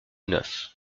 neuf